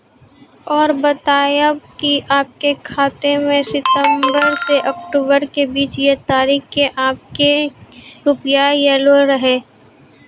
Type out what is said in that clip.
और बतायब के आपके खाते मे सितंबर से अक्टूबर के बीज ये तारीख के आपके के रुपिया येलो रहे?